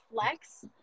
flex